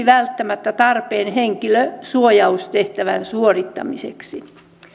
välttämättä tarpeen henkilösuojaustehtävän suorittamiseksi